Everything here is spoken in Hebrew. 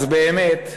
אז באמת,